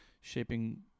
shaping